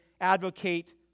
advocate